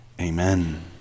Amen